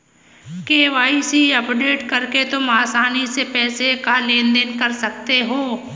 KYC update करके तुम आसानी से पैसों का लेन देन कर सकते हो